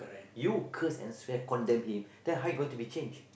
you curse and swear condemn him then how he going to be changed